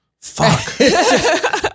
Fuck